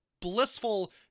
blissful